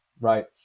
right